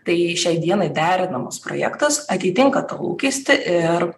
tai šiai dienai derinamas projektas atitinka tą lūkestį ir